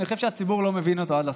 אני חושב שהציבור לא מבין אותו עד הסוף: